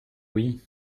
oui